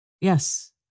Yes